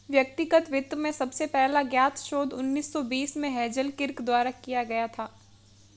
व्यक्तिगत वित्त में सबसे पहला ज्ञात शोध उन्नीस सौ बीस में हेज़ल किर्क द्वारा किया गया था